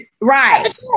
Right